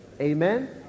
Amen